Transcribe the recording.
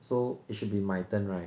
so it should be my turn right